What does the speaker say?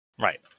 Right